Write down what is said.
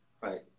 right